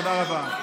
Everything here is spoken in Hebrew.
תודה רבה.